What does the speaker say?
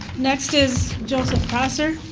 next is joseph braser.